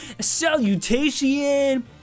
Salutation